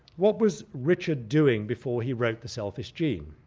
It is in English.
what was richard doing before he wrote the selfish gene?